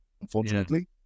unfortunately